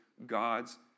God's